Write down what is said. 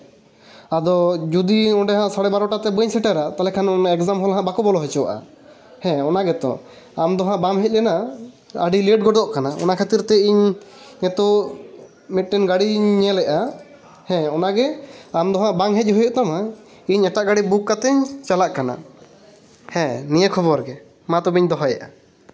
ᱟᱫᱚ ᱡᱩᱫᱤ ᱚᱸᱰᱮ ᱦᱟᱸᱜ ᱥᱟᱲᱮ ᱵᱟᱨᱚᱴᱟ ᱛᱮ ᱵᱟᱹᱧ ᱥᱮᱴᱮᱨᱚᱜᱼᱟ ᱛᱟᱞᱦᱮᱠᱷᱟᱱ ᱚᱱᱟ ᱮᱠᱡᱟᱢ ᱦᱚᱞ ᱦᱟᱸᱜ ᱵᱟᱠᱚ ᱵᱚᱞᱚ ᱦᱚᱪᱚᱣᱟᱜᱼᱟ ᱦᱮᱸ ᱚᱱᱟᱜᱮᱛᱚ ᱟᱢ ᱫᱚ ᱦᱟᱸᱜ ᱵᱟᱢ ᱦᱮᱡ ᱞᱮᱱᱟ ᱟᱹᱰᱤ ᱞᱮᱹᱴ ᱜᱚᱫᱚᱜ ᱠᱟᱱᱟ ᱚᱱᱟ ᱠᱷᱟᱹᱛᱤᱨ ᱛᱮ ᱤᱧ ᱱᱤᱛᱳᱜ ᱢᱤᱫᱴᱮᱱ ᱜᱟᱲᱤᱧ ᱧᱮᱞᱮᱫᱼᱟ ᱦᱮᱸ ᱚᱱᱟᱜᱮ ᱟᱢ ᱫᱚ ᱦᱟᱸᱜ ᱵᱟᱝ ᱦᱮᱡ ᱦᱩᱭᱩᱜ ᱛᱟᱢᱟ ᱤᱧ ᱮᱴᱟᱜ ᱜᱟᱲᱤ ᱵᱩᱠ ᱠᱟᱛᱮᱧ ᱪᱟᱞᱟᱜ ᱠᱟᱱᱟ ᱦᱮᱸ ᱱᱤᱭᱟᱹ ᱠᱷᱚᱵᱚᱨ ᱜᱮ ᱢᱟ ᱛᱚᱵᱮᱧ ᱫᱚᱦᱚᱭᱮᱫᱼᱟ